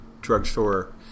drugstore